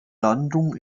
landung